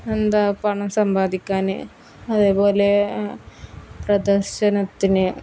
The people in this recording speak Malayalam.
എന്താ പണം സമ്പാദിക്കാൻ അതേപോലെ പ്രദർശനത്തിന്